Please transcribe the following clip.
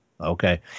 okay